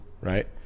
right